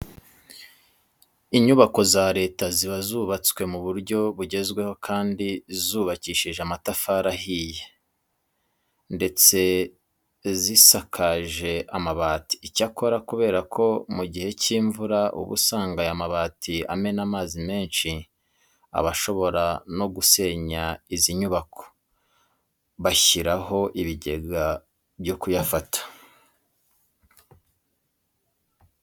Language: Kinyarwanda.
Inyubako za leta ziba zubatswe mu buryo bugezweho kandi zubakishije amatafari ahiye ndese zisakaje amabati. Icyakora kubera ko mu gihe cy'imvura uba usanga aya mabati amena amazi menshi aba ashobora no gusenya izi nyubako, bashyiraho ibigega byo kuyafata.